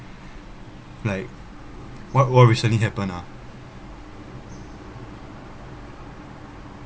like what war recently happen ah